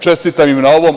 Čestitam im na ovome.